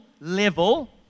level